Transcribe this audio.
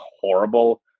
horrible